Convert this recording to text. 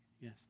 yes